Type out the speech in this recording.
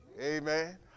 Amen